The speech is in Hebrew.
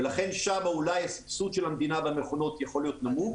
ולכן שם אולי הסבסוד של המדינה במכונות יכול להיות נמוך.